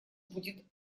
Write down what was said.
будет